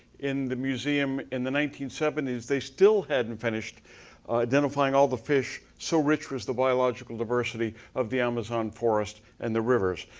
in the museum, in the nineteen seventy s, they still hadn't finished identifying all the fish. so, rich was the biological diversity of the amazon forest and the rivers.